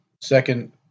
second